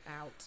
Out